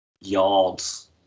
yards